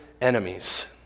enemies